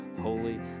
holy